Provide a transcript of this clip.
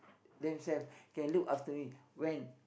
themselves can look after me when